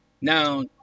Now